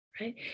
right